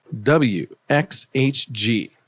WXHG